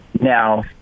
now